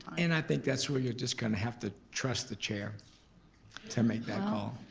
and i think that's where you're just gonna have to trust the chair to make that call.